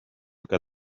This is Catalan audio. que